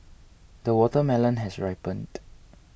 the watermelon has ripened